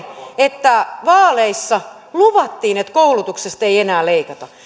että vaaleissa luvattiin että koulutuksesta ei ei enää leikata